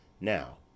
now